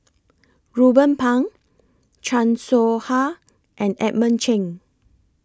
Ruben Pang Chan Soh Ha and Edmund Cheng